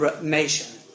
nation